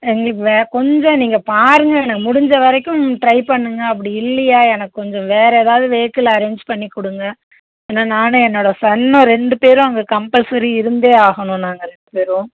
எங்களுக்கு வே கொஞ்சம் நீங்கள் பாருங்கள் முடிஞ்ச வரைக்கும் ட்ரை பண்ணுங்கள் அப்படி இல்லையா எனக்கு கொஞ்சம் வேறு ஏதாவது வெஹிக்கிள் அரேஞ்ச் பண்ணி கொடுங்க ஏன்னா நான் என்னோட சன்னும் ரெண்டு பேரும் அங்கே கம்பல்சரி இருந்தே ஆகணும் நாங்கள் ரெண்டு பேரும்